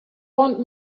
want